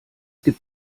gibt